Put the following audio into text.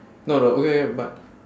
no no okay but